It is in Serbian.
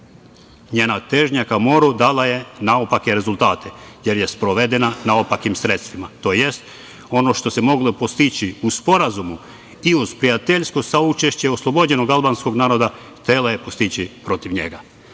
njena težnja ka moru, dala je naopake rezultate, jer je sprovedena na opakim sredstvima, to jest, ono što se moglo postići u sporazumu i uz prijateljsko saučešće oslobođenog albanskog naroda, htela je postići protiv njega. Zato